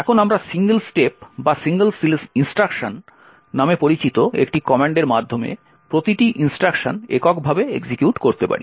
এখন আমরা single step বা সিঙ্গেল ইন্সট্রাকশন নামে পরিচিত একটি কমান্ডের মাধ্যমে প্রতিটি ইন্সট্রাকশন এককভাবে এক্সিকিউট করতে পারি